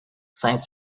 science